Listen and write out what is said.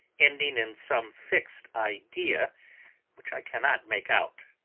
ending in some fixed idea which i cannot make out.